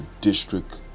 district